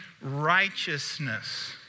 righteousness